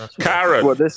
Karen